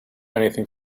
anything